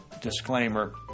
disclaimer